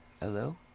Hello